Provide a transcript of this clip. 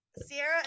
Sierra